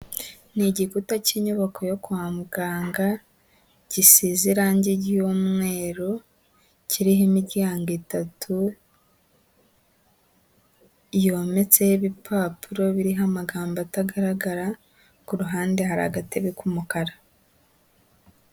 Ni igikuta cy'inyubako yo kwa muganga gisize irangi ry'umweru, kiriho imiryango itatu, yometseho ibipapuro biriho amagambo atagaragara, ku ruhande hari agatebe k'umukara.